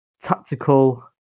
tactical